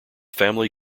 family